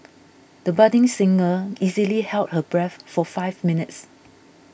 the budding singer easily held her breath for five minutes